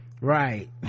right